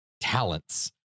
talents